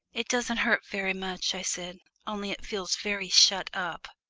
it doesn't hurt very much, i said, only it feels very shut up.